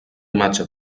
imatge